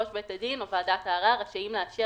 ראש בית הדין או ועדת הערר רשאים לאשר